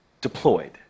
deployed